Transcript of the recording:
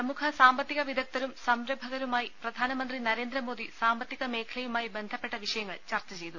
പ്രമുഖ സാമ്പത്തിക വിദഗ്ധരും സംരഭകരുമായി പ്രധാനമന്ത്രി നരേന്ദ്രമോദി സാമ്പത്തിക മേഖലയുമായി ബന്ധപ്പെട്ട വിഷയങ്ങൾ ചർച്ച ചെയ്തു